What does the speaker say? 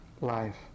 life